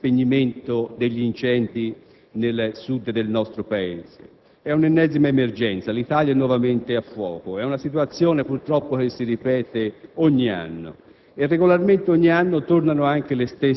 seriamente impegnati in un'azione di spegnimento degli incendi nel Sud del nostro Paese. Si tratta dell'ennesima emergenza: l'Italia è nuovamente a fuoco. È una situazione che purtroppo si ripete ogni anno